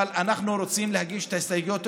אבל אנחנו רוצים להגיש את ההסתייגויות